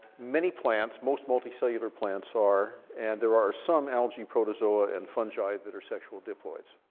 many plants, most multi-cellular plants are, and there are some algae protozoa and fungi that are sexual diploids.